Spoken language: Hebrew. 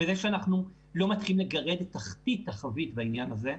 וזה שאנחנו לא מתחילים לגרד אפילו את תחתית הפוטנציאל בעניין הזה,